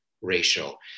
ratio